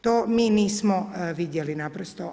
To mi nismo vidjeli naprosto.